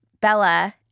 Bella